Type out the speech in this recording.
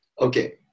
Okay